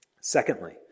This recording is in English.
Secondly